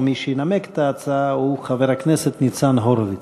ומי שינמק את ההצעה הוא חבר הכנסת ניצן הורוביץ.